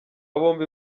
bombi